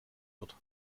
wird